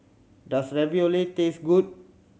does Ravioli taste good